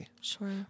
sure